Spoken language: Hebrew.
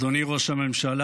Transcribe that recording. אדוני ראש הממשלה,